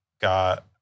got